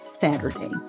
Saturday